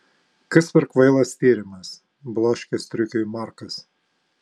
kas per kvailas tyrimas bloškė striukiui markas